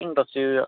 interest